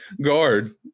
guard